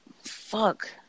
Fuck